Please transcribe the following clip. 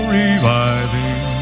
reviving